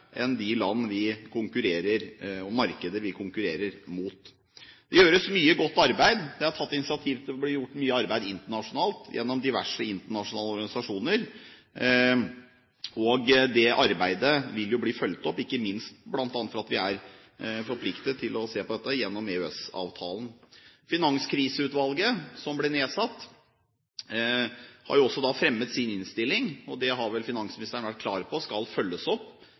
enn i de land og markeder vi konkurrerer mot. Det gjøres mye godt arbeid. Det er tatt initiativ til at det blir gjort mye arbeid internasjonalt gjennom diverse internasjonale organisasjoner. Dette arbeidet vil jo bli fulgt opp, ikke minst bl.a. fordi vi er forpliktet til å se på dette gjennom EØS-avtalen. Finanskriseutvalget som ble nedsatt, har jo også fremmet sin innstilling, og det har vel finansministeren vært klar på skal følges opp